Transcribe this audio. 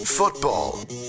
Football